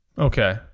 Okay